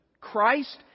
Christ